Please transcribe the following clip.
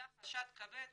עלה חשד כבד